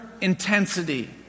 intensity